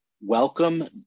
welcome